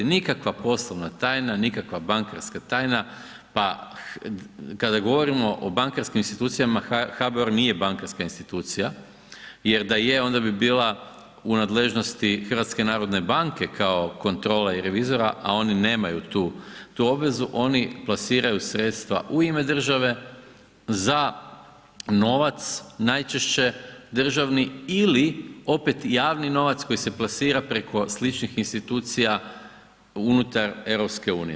Nikakva poslovna tajna, nikakva bankarska tajna pa kada govorimo o bankarskim institucijama, HBOR nije bankarska institucija jer da je onda bi bila u nadležnosti HNB-a kao kontrola i revizora a oni nemaju tu obvezu, oni plasiraju sredstva u ime države za novac najčešće državni ili opet javni novac koji se plasira preko sličnih institucija unutar EU.